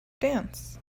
dance